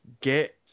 get